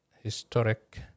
historic